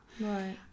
right